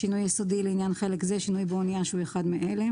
"שינוי יסודי" לעניין חלק זה שינוי באנייה שהוא אחד מאלה: